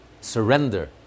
Surrender